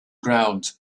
ground